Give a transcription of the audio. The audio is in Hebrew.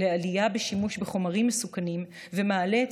לעלייה בשימוש בחומרים מסוכנים ומעלה את